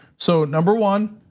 so number one,